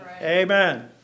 Amen